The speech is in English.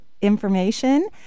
information